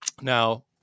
now